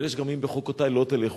אבל יש גם "אם בחוקותי לא תלכו",